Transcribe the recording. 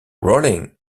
rolling